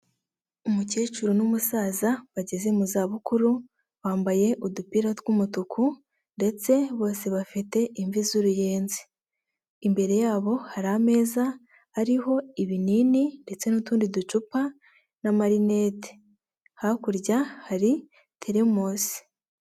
Umukecuru n'umusaza bageze mu za bukuru bambaye udupira tw'umutuku ndetse bose bafite imvi z'uruyenzi, imbere yabo hari ameza ariho ibinini ndetse n'utundi ducupa n'amarinete hakurya hari terimosi.